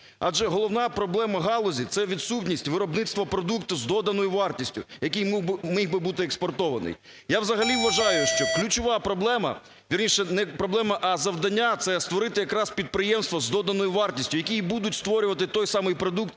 адже головна проблема галузі – це відсутність виробництва продукту з доданої вартості, який міг би бути експортований. Я взагалі вважаю, що ключова проблема, вірніше не проблема, а завдання це створити якраз підприємство з доданою вартістю, які і будуть створювати той самий продукт